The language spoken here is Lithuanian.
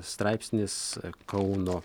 straipsnis kauno